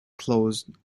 closed